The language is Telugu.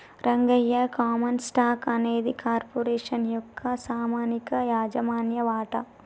రంగయ్య కామన్ స్టాక్ అనేది కార్పొరేషన్ యొక్క పామనిక యాజమాన్య వాట